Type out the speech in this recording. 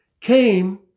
came